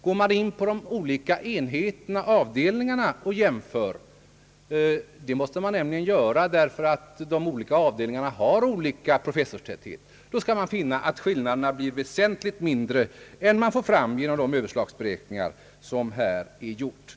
Går man in på de olika enheterna, avdelningarna, och jämför finner man att skillnaderna blir väsentligt mindre än vid överslagsberäkningar. Det är nödvändigt att jämföra de olika avdelningarna av det skälet att de har olika professorstäthet.